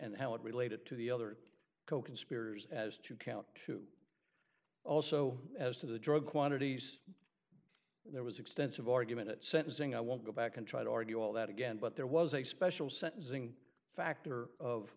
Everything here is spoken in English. and how it related to the other coconspirators as to count two also as to the drug quantities there was extensive argument at sentencing i won't go back and try to argue all that again but there was a special sentencing factor of